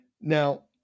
Now